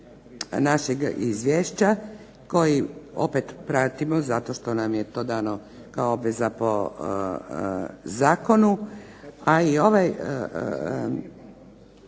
našeg izvješća kojeg opet pratimo zato što nam je to dano kao obveza po zakonu, pa i ovaj